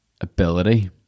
ability